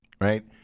right